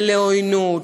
ולעוינות,